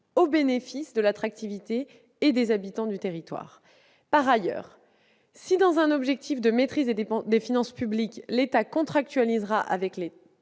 au bénéfice de l'attractivité et des habitants du territoire. Par ailleurs, si, dans un objectif de maîtrise des finances publiques, l'État contractualisera avec les